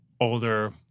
older